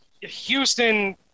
Houston